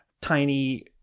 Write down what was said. tiny